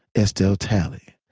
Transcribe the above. estelle talley